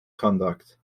conduct